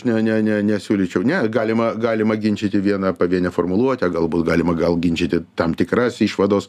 ne ne ne ne siūlyčiau ne galima galima ginčyti vieną pavienę formuluotę galbūt galima gal ginčyti tam tikras išvados